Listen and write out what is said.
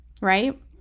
right